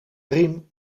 riem